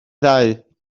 ddau